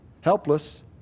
helpless